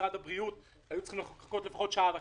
משרד הבריאות היו צריכים לחכות לפחות שעה וחצי.